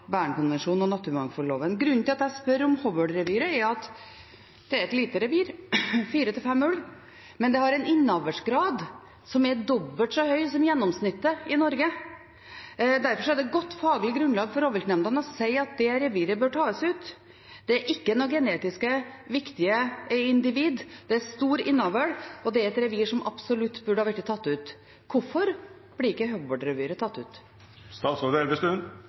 Bernkonvensjonen og naturmangfoldloven. Grunnen til at jeg spør om Hobøl-reviret, er at det er et lite revir, fire–fem ulver, men det har en innavlsgrad som er dobbelt så høy som gjennomsnittet i Norge. Derfor har rovviltnemndene et godt faglig grunnlag for å si at det reviret bør tas ut. Det er ikke noen genetisk viktige individ, det er stor innavl, og det er et revir som absolutt burde blitt tatt ut. Hvorfor blir ikke Hobøl-reviret tatt